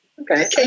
Okay